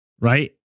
right